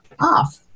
off